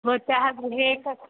भवत्याः गृहे